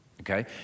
okay